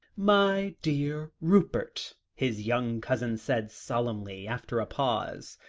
my dear rupert, his young cousin said solemnly, after a pause,